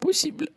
possible.